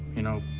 you know,